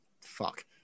fuck